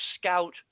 scout